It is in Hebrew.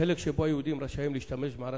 החלק שבו היהודים רשאים להשתמש במערת